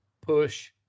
push